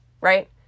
Right